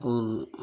और